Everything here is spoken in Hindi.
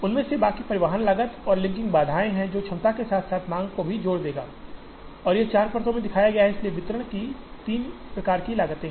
उनमें से बाकी परिवहन लागत और लिंकिंग बाधाएं हैं जो क्षमता के साथ साथ मांग को भी जोड़ देगा जो यहां 4 परतों में दिखाया गया है इसलिए वितरण की 3 प्रकार की लागतें हैं